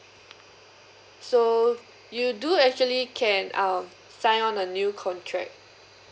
so you do actually can um sign on a new contract